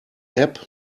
app